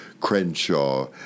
Crenshaw